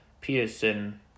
Peterson